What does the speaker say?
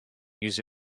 use